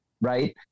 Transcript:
Right